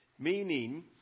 Meaning